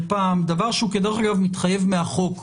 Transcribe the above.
פעם דבר שהוא כדרך אגב מתחייב מהחוק,